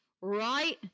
Right